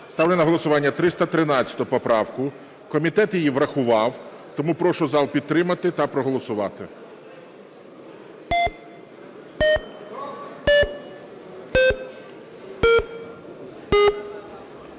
Ставлю на голосування 213 поправку. Комітет її врахував. Прошу підтримати та проголосувати.